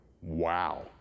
Wow